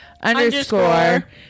underscore